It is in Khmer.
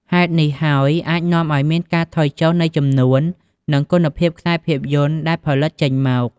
ហេតុនេះហើយអាចនាំឱ្យមានការថយចុះនៃចំនួន និងគុណភាពខ្សែភាពយន្តដែលផលិតចេញមក។